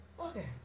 Okay